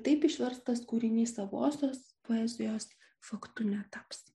taip išverstas kūrinys savosios poezijos faktu netaps